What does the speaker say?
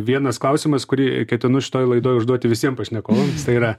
vienas klausimas kurį ketinu šitoj laidoj užduoti visiem pašnekovams tai yra